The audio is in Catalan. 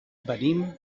venim